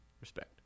respect